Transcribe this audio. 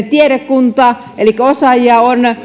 tiedekunta elikkä osaajia